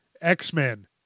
X-Men